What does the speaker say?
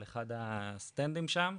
על אחד הסטנדים שם,